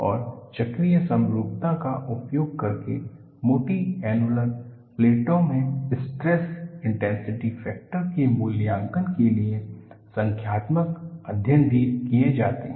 और चक्रीय समरूपता का उपयोग करके मोटी एन्नुलर प्लेटों में स्ट्रेस इंटेंसिटी फैक्टर के मूल्यांकन के लिए संख्यात्मक अध्ययन भी किए जाते हैं